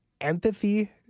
empathy